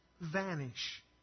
vanish